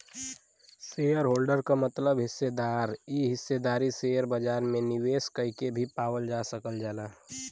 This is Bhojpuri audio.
शेयरहोल्डर क मतलब हिस्सेदार इ हिस्सेदारी शेयर बाजार में निवेश कइके भी पावल जा सकल जाला